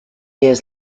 years